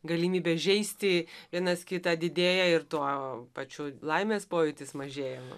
galimybė įžeisti vienas kitą didėja ir tuo pačiu laimės pojūtis mažėja